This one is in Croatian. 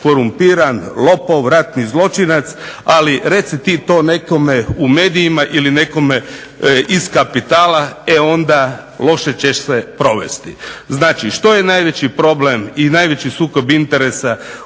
korumpiran, lopov, ratni zločinac, ali reci ti to nekome u medijima ili nekome iz kapitala e onda loše ćeš se provesti. Znači, što je najveći problem i najveći sukob interesa